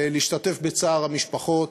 להשתתף בצער המשפחות.